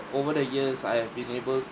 over the years I have been able